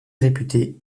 réputée